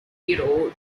hero